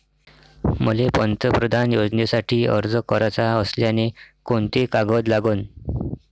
मले पंतप्रधान योजनेसाठी अर्ज कराचा असल्याने कोंते कागद लागन?